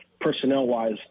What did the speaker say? personnel-wise